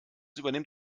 übernimmt